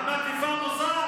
את מטיפה מוסר?